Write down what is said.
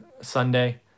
Sunday